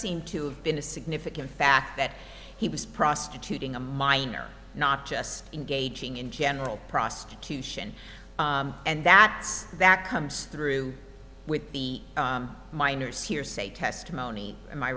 seem to have been a significant fact that he was prostituting a minor not just engaging in general prostitution and that's that comes through with the minors hearsay testimony and my